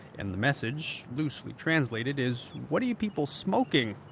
and the message, loosely translated, is, what are you people smoking?